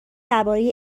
درباره